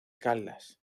caldas